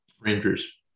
Rangers